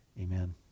amen